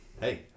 Hey